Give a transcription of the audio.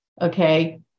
Okay